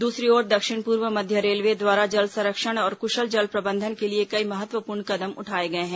दूसरी ओर दक्षिण पूर्व मध्य रेलवे द्वारा जल संरक्षण और कुशल जल प्रबंधन के लिए कई महत्वपूर्ण कदम उठाए गए हैं